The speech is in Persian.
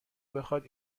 بخواد